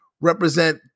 represent